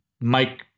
Mike